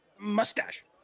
Mustache